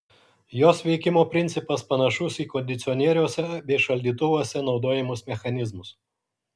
jos veikimo principas panašus į kondicionieriuose bei šaldytuvuose naudojamus mechanizmus